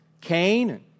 Cain